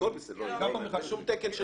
אין תקן.